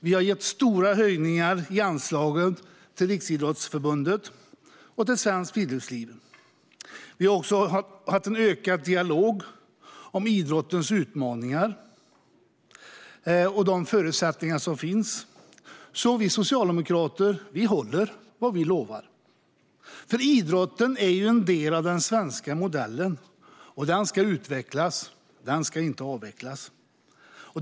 Vi har gjort stora höjningar av anslagen till Riksidrottsförbundet och till Svenskt Friluftsliv, och vi har haft en ökad dialog om idrottens utmaningar och de förutsättningar som finns. Vi socialdemokrater håller vad vi lovar. Idrotten är en del av den svenska modellen, och den ska utvecklas. Den ska inte avvecklas.